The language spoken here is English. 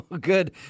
Good